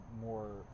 more